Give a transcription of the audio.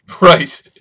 Right